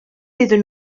iddyn